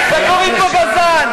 וקוראים לו גזען.